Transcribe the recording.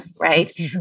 right